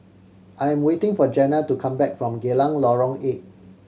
I am waiting for Jenna to come back from Geylang Lorong Eight